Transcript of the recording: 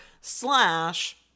slash